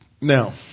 Now